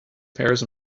pears